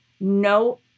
no